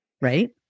right